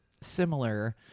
similar